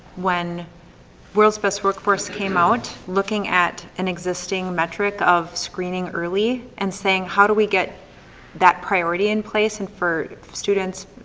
when world's best workforce came out looking an existing metric of screening early and saying how do we get that priority in place and for students,